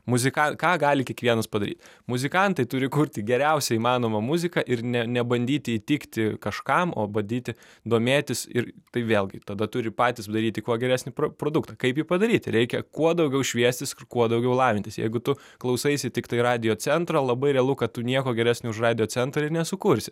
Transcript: muziką ką gali kiekvienas padaryt muzikantai turi kurti geriausią įmanomą muziką ir nė nebandyti įtikti kažkam o badyti domėtis ir tai vėlgi tada turi patys daryti kuo geresnį produktą kaip jį padaryti reikia kuo daugiau šviestis ir kuo daugiau lavintis jeigu tu klausaisi tiktai radiocentro labai realu kad tu nieko geresnio už radiocentrą ir nesukursi